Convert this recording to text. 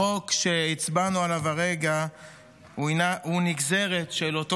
החוק שהצבענו עליו כרגע הוא נגזרת של אותו